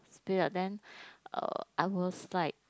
spill ah then uh I was like